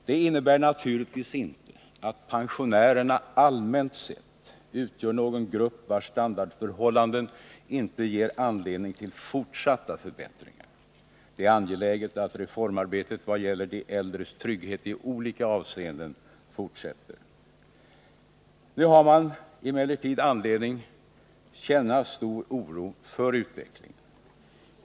Det innebär naturligtvis inte att pensionärerna allmänt sett utgör någon grupp vars standardförhållanden inte ger anledning till fortsatta förbättringar. Det är angeläget att reformarbetet för de äldres trygghet i olika avseenden fortsätter. Nu har man emellertid anledning känna stor oro för utvecklingen.